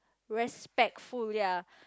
respectful ya